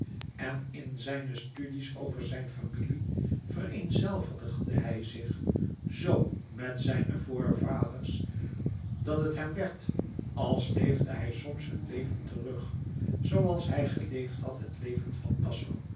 en in zijne studies over zijne familie vereenzelvigde hij zich zo met zijne voorvaders dat het hem werd als leefde hij soms hun leven terug zooals hij geleefd had het leven van tasso